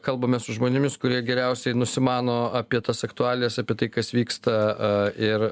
kalbamės su žmonėmis kurie geriausiai nusimano apie tas aktualijas apie tai kas vyksta ir